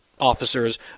officers